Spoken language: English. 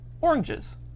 oranges